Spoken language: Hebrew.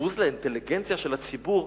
הבוז לאינטליגנציה של הציבור,